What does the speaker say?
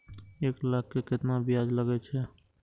एक लाख के केतना ब्याज लगे छै?